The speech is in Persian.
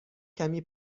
کمی